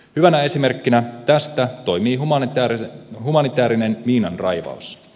hyvänä esimerkkinä tästä toimii humanitäärinen miinanraivaus